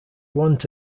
want